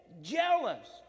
jealous